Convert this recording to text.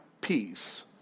peace